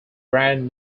brand